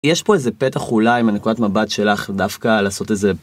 יש פה איזה פתח אולי מנקודת מבט שלך דווקא לעשות איזה.